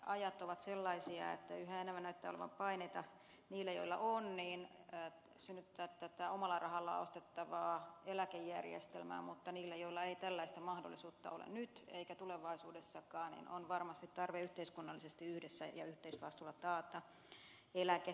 ajat ovat sellaisia että yhä enemmän näyttää olevan paineita niillä joilla on synnyttää tätä omalla rahalla ostettavaa eläkejärjestelmää mutta niillä joilla ei tällaista mahdollisuutta ole nyt eikä tulevaisuudessakaan on varmasti tarve yhteiskunnallisesti yhdessä ja yhteisvastuulla taata eläke